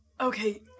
Okay